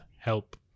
help